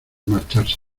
marcharse